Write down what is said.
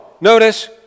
Notice